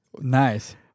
nice